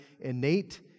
innate